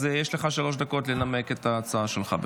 יש לך שלוש דקות לנמק את ההצעה שלך.